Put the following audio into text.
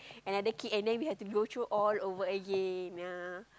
another kid and then we have to go through all over again ya